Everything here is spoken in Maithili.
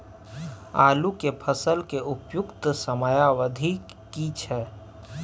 आलू के फसल के उपयुक्त समयावधि की छै?